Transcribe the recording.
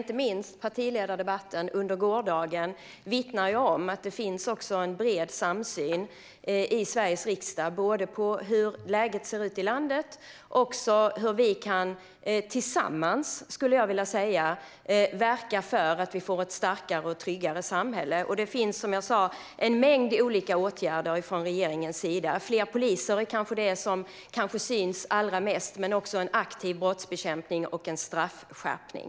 Inte minst partiledardebatten under gårdagen vittnar om att det också finns en bred samsyn i Sveriges riksdag om läget i landet och om hur vi tillsammans kan verka för ett starkare och tryggare samhälle. Regeringen har som sagt vidtagit en mängd olika åtgärder. Fler poliser är kanske det som syns allra mest, men det handlar också om aktiv brottsbekämpning och en straffskärpning.